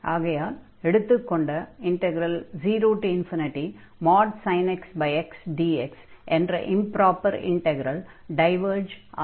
ஆகையால் எடுத்துக்கொண்ட 0sin x xdx என்ற இம்ப்ராப்பர் இன்டக்ரல் டைவர்ஜ் ஆகும்